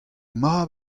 mab